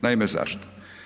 Naime zašto?